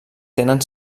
tenen